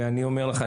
ואני אומר לך,